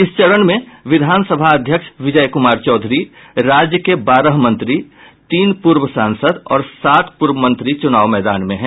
इस चरण में विधानसभा अध्यक्ष विजय कुमार चौधरी राज्य के बारह मंत्री तीन पूर्व सांसद और सात पूर्व मंत्री चुनाव मैदान में हैं